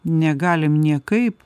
negalim niekaip